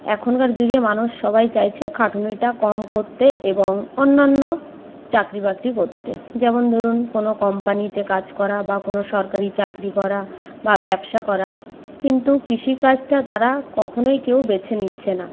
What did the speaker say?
এখনকার যুগে মানুষ সবাই চাইছে খাটুনিটা কম করতে এবং অন্যান্য চাকরি বাকরি করতে যেমন ধরুন কোনো কম্পানিতে কাজ করা বা কোনো সরকারি চাকরি করা বা ব্যবসা করা কিন্তু কৃষিকাজটা তারা কখনই কেউ বেছে নিচ্ছে না